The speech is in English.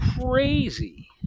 crazy